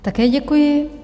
Také děkuji.